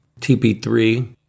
TP3